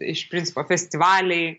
iš principo festivaliai